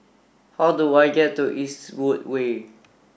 how do I get to Eastwood Way